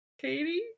Katie